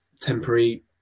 temporary